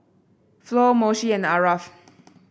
Flo Moshe and Aarav